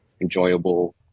enjoyable